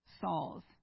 Saul's